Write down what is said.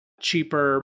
cheaper